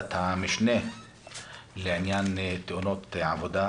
ועדת המשנה לעניין תאונות עבודה,